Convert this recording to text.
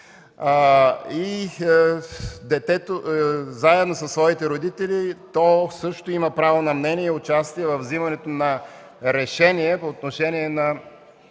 му вреди. Заедно със своите родители то също има право на мнение и участие във вземането на решение по отношение на